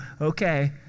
okay